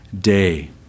day